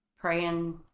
praying